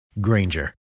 Granger